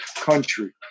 country